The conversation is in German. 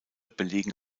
belegen